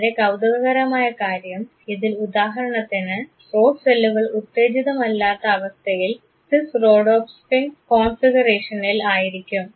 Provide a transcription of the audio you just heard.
വളരെ കൌതുകകരമായ കാര്യം ഇതിൽ ഉദാഹരണത്തിന് റോഡ് സെല്ലുകൾ ഉത്തേജിതമല്ലാത്ത അവസ്ഥയിൽ സിസ് റോഡോപ്സിൻ കോൺഫിഗറേഷനിൽ ആയിരിക്കും